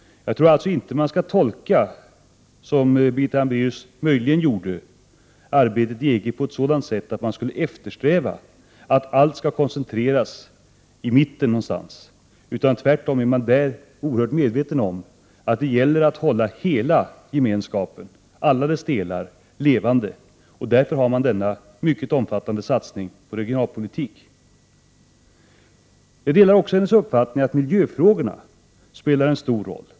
Jag tror alltså inte att man skall tolka, vilket Birgitta Hambraeus möjligen gjorde, arbetet i EG på sådant sätt att EG eftersträvar en koncentration till den geografiska mitten ungefär. Tvärtom är människor inom EG oerhört medvetna om att det gäller att hålla hela Gemenskapen, alltså alla dess delar, levande. Därför har man denna mycket omfattande satsning på regionalpolitiken. Jag delar också hennes uppfattning att miljöfrågorna spelar en stor roll.